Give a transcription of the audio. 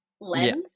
lens